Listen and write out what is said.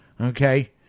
Okay